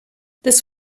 this